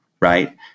Right